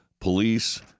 police